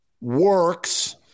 works